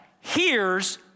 hears